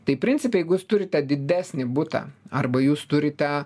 tai principe jeigu jūs turite didesnį butą arba jūs turite